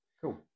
Cool